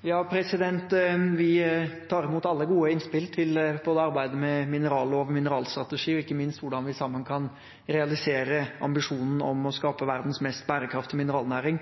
Vi tar imot alle gode innspill til arbeidet med minerallov og mineralstrategi, ikke minst hvordan vi sammen kan realisere ambisjonen om å skape verdens mest bærekraftige mineralnæring.